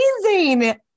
amazing